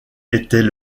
était